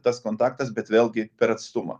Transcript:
tas kontaktas bet vėlgi per atstumą